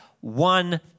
one